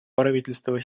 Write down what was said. правительство